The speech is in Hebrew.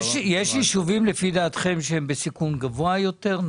האם יש ישובים שלפי דעתכם נמצאים בסיכון גבוה יותר?